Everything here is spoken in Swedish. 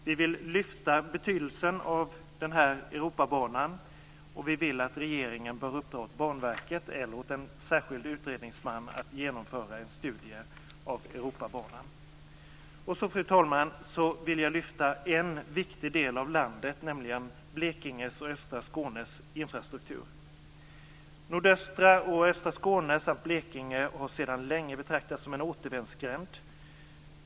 Vi vill lyfta betydelsen av Europabanan. Vi vill att regeringen bör uppdra åt Banverket eller åt en särskild utredningsman att genomföra en studie av Europabanan. Fru talman! Jag vill lyfta fram en viktig del av landets, nämligen Blekinges och östra Skånes, infrastruktur. Nordöstra och östra Skåne samt Blekinge har sedan länge betraktats som en återvändsgränd.